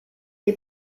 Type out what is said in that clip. dei